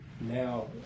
now